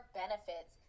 benefits